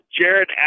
jared